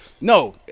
No